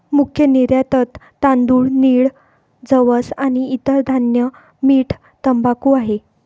मुख्य निर्यातत तांदूळ, नीळ, जवस आणि इतर धान्य, मीठ, तंबाखू आहे